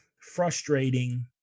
frustrating